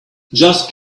just